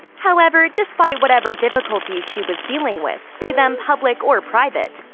however, despite whatever difficulties she was dealing with, be them public or private,